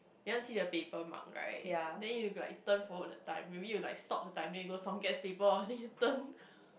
you want see the paper mark right then you like turn forward the time maybe you like stop the time then you go Song-Kiat's paper oh then you turn